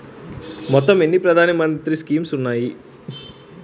మొత్తం ఎన్ని ప్రధాన మంత్రి స్కీమ్స్ ఉన్నాయి?